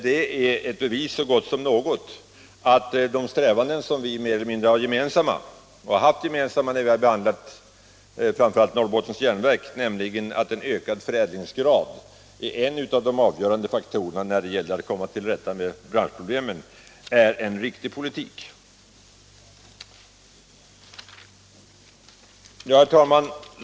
Det är ett bevis så gott som något för att de strävanden som vi mer eller mindre haft gemensamma när vi behandlat framför allt Norrbottens Järnverk, nämligen att genom bl.a. en ökad förädlingsgrad komma till rätta med branschproblemen, är en riktig politik. Herr talman!